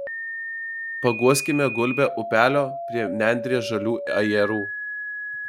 paguoskime gulbę upelio prie nendrės žalių ajerų